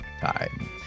time